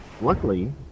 Luckily